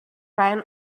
ran